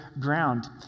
ground